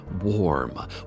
warm